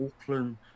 auckland